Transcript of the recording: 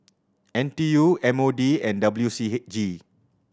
N T U M O D and W C H G